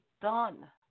done